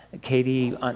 Katie